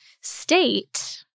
state